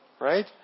right